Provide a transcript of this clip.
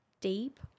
deep